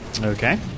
Okay